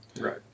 Right